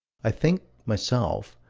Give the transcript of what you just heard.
i think, myself,